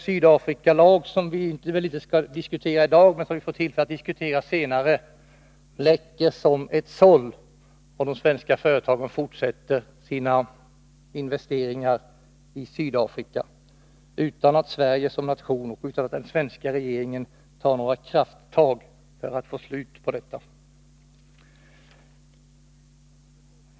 Sydafrikalagen — vi skall inte diskutera den i dag, eftersom vi får tillfälle att diskutera den senare — läcker som ett såll. Svenska företag fortsätter sina investeringar i Sydafrika utan att Sverige som nation — och den svenska regeringen — tar krafttag för att få slut på detta.